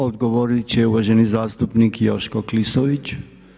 Odgovoriti će uvaženi zastupnik Joško Klisović.